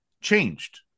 changed